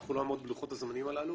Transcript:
ואנחנו נעמוד בלוחות הזמנים הללו